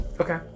Okay